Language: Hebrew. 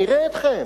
נראה אתכם.